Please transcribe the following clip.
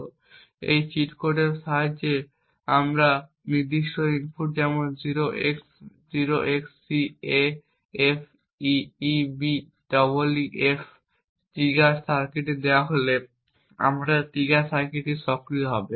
কিছু একটি চিট কোডের সাহায্যে নির্দিষ্ট ইনপুট যেমন 0x0XCAFEBEEF ট্রিগার সার্কিটে দেওয়া হলে ট্রিগার সার্কিটে সক্রিয় হবে